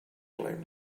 blame